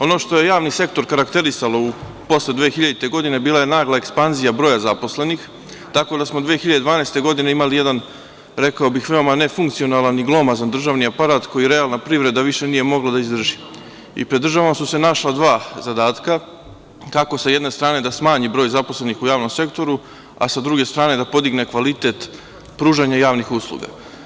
Ono što je javni sektor karakterisalo posle 2000. godine bila je nagla ekspanzija broja zaposlenih, tako da smo 2012. godine imali jedan, rekao bih, veoma nefunkcionalan i glomazan državni aparat koji realna privreda više nije mogla da izdrži i pred državom su se našla dva zadatka – kako sa jedne strane da smanji broj zaposlenih u javnom sektoru, a sa druge strane da podigne kvalitet pružanja javnih usluga.